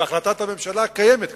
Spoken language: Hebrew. ובהחלטת הממשלה קיימת כתובת,